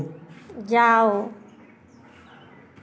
जाओ